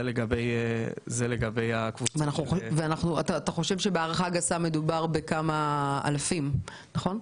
אתה חושב שבהערכה גסה מדובר בכמה אלפים, נכון?